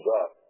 up